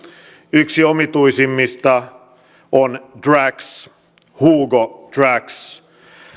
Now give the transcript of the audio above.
yksi omituisimmista on drax hugo drax